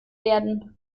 werden